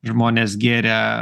žmonės gėrė